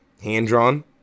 Hand-drawn